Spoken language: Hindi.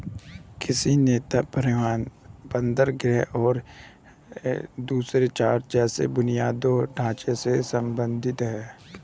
कृषि नीति परिवहन, बंदरगाहों और दूरसंचार जैसे बुनियादी ढांचे से संबंधित है